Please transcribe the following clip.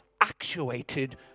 actuated